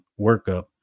workup